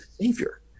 Savior